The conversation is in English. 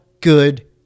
good